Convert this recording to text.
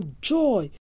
joy